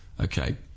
Okay